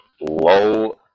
low